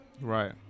right